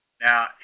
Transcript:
Now